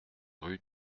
rue